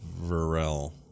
Varel